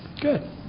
Good